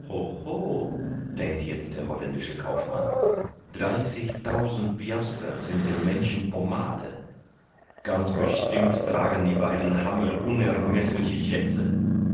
denkt jetzt der holländische kaufmann dreißigtausend piaster sind dem menschen pommade ganz bestimmt tragen die beiden hämmel unermeßliche schätze